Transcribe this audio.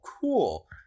cool